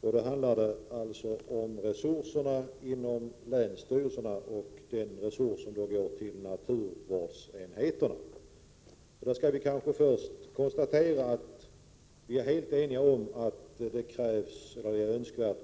som gäller resurserna vid länsstyrelsernas naturvårdsenheter. Låt mig först konstatera att vi är helt eniga om att en förstärkning är önskvärd.